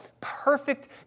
perfect